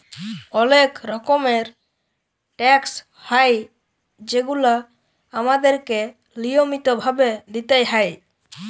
অলেক রকমের ট্যাকস হ্যয় যেগুলা আমাদেরকে লিয়মিত ভাবে দিতেই হ্যয়